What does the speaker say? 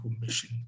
Commission